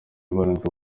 barindwi